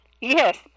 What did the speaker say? Yes